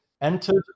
Entered